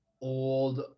old